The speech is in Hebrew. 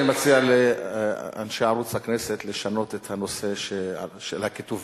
אני מציע לאנשי ערוץ הכנסת לשנות את הנושא של הכתובית.